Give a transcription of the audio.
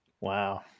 Wow